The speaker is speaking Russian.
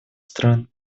стран